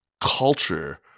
Culture